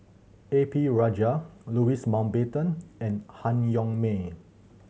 A P Rajah Louis Mountbatten and Han Yong May